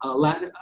ah latin